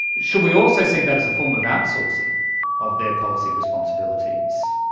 should we also see that as a form of outsourcing of their policy responsibilities?